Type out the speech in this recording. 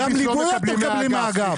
גם את הליווי אתם מקבלים מהאגף.